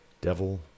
devil